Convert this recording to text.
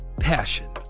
Passion